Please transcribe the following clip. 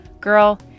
Girl